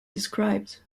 described